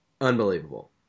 unbelievable